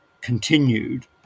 continued